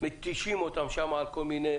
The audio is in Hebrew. מתישים אותם שם עם כל מיני